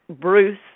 Bruce